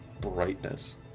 brightness